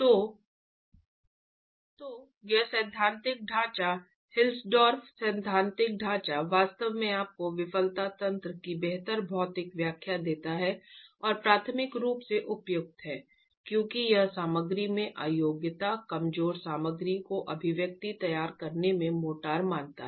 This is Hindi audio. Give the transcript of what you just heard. तो यह सैद्धांतिक ढांचा हिल्सडॉर्फ सैद्धांतिक ढांचा वास्तव में आपको विफलता तंत्र की बेहतर भौतिक व्याख्या देता है और प्राथमिक रूप से उपयुक्त है क्योंकि यह सामग्री में अयोग्यता कमजोर सामग्री को अभिव्यक्ति तैयार करने में मोर्टार मानता है